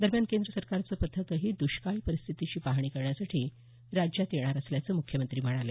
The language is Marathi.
दरम्यान केंद्र सरकारचं पथकही दुष्काळी परिस्थितीची पाहणी करण्यासाठी राज्यात येणार असल्याचं मुख्यमंत्र्यांनी सांगितलं